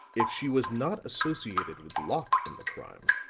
if she was not associated with locke in the crime,